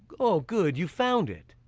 oh good! you found it!